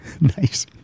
Nice